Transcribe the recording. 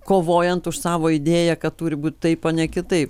kovojant už savo idėją kad turi būt taip o ne kitaip